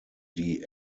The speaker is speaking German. die